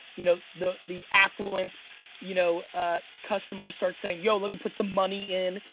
you know the the affluent you know ah customers start saying, yo, let me put some money in.